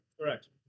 Correct